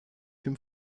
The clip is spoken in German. dem